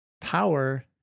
power